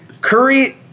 Curry